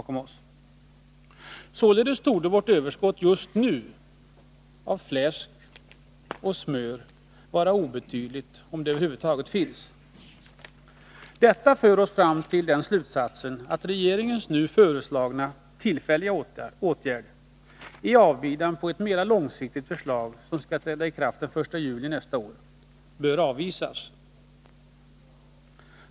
Således torde vårt överskott av fläsk och smör just nu vara obetydligt, om det över huvud taget finns. Detta för oss fram till slutsatsen att regeringens nu föreslagna tillfälliga åtgärd, i avbidan på ett mera långsiktigt förslag som skall träda i kraft den 1 juli nästa år, bör avvisas.